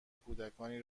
کودکانی